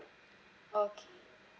okay